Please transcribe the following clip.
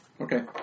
Okay